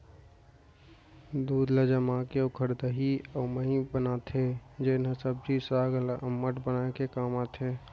दूद ल जमाके ओकर दही अउ मही बनाथे जेन ह सब्जी साग ल अम्मठ बनाए के काम आथे